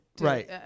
Right